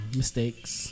mistakes